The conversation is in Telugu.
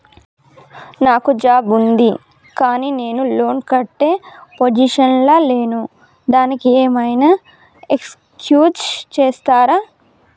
నాకు జాబ్ ఉంది కానీ నేను లోన్ కట్టే పొజిషన్ లా లేను దానికి ఏం ఐనా ఎక్స్క్యూజ్ చేస్తరా?